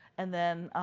and then